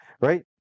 right